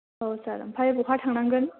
औ सार ओमफ्राय बहा थांनांगोन